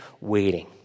waiting